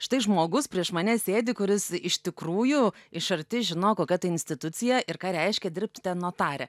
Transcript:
štai žmogus prieš mane sėdi kuris iš tikrųjų iš arti žino kokia tai institucija ir ką reiškia dirbti ten notare